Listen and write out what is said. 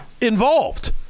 involved